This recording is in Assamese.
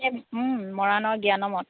এই মৰাণৰ জ্ঞানমত